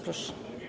Proszę.